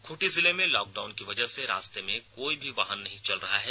खूंटी जिले में लॉकडाउन की वजह से रास्ते में कोई भी वाहन नहीं चल रहा है